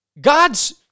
God's